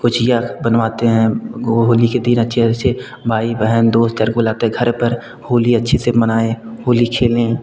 कुचिया बनवाते हैं गो होली के दिन अच्छे अच्छे भाई बहन दोस्त यार को लाते हैं घर पर होली अच्छे से मनाएँ होली खेलें